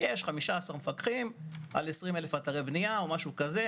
יש 15 מפקחים על 20,000 אתרי בנייה, או משהו כזה.